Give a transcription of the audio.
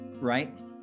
right